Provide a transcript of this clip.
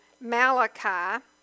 Malachi